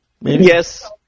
Yes